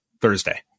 Thursday